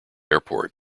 airport